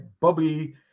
Bobby